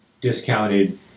discounted